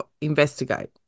investigate